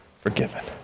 forgiven